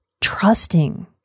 trusting